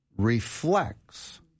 reflects